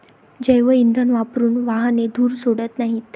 जैवइंधन वापरून वाहने धूर सोडत नाहीत